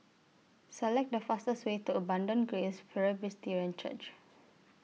Select The fastest Way to Abundant Grace Presbyterian Church